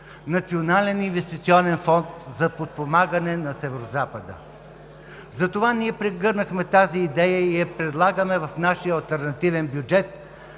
национален инвестиционен фонд за подпомагане на Северозапада. Затова прегърнахме идеята и я предлагаме в нашия алтернативен бюджет